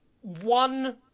one